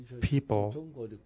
people